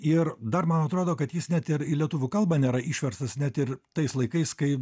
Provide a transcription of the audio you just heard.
ir dar man atrodo kad jis net ir į lietuvių kalbą nėra išverstas net ir tais laikais kai